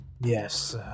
yes